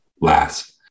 last